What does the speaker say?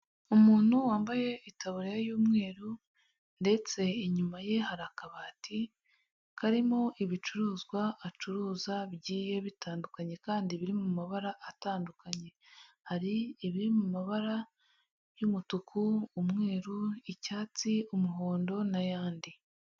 Umuntu wambaye itaburiya y'umweru ndetse inyuma ye hari akabati karimo ibicuruzwa acuruza bigiye bitandukanye kandi biri mu mabara atandukanye, hari ibiri mu mabara y'umutuku, umweru, icyatsi, umuhondo n'ayandi.